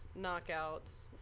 knockouts